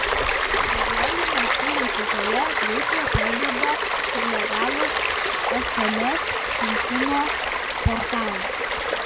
pastaruoju metu lietuvoje veiklą pradeda ir legalūs sms siuntimo portalai